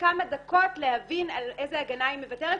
כמה דקות להבין על איזה הגנה היא מוותרת,